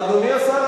אדוני השר,